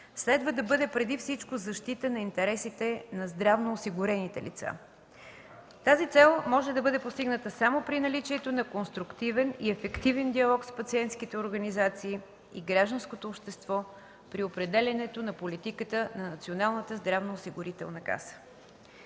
следва да бъде преди всичко защита на интересите на здравноосигурените лица. Тази цел може да бъде постигната само при наличието на конструктивен и ефективен диалог с пациентските организации и гражданското общество при определянето на политиката на НЗОК. Въз основа на